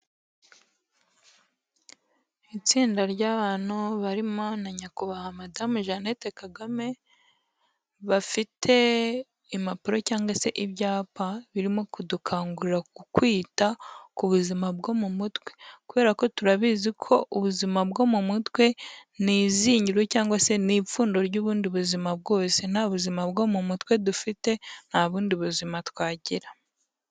Itsinda ry'abantu barimo na nyakubahwa madame Jeannette Kagame, bafite impapuro cyangwa se ibyapa birimo kudukangurira ku kwita ku buzima bwo mu mutwe. Kubera ko turabizi ko ubuzima bwo mu mutwe, ni izingiro cyangwa se ni ipfundo ry'ubundi buzima bwose. Nta buzima bwo mu mutwe dufite, nta bundi buzima twagira.